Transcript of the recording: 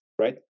right